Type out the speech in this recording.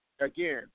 Again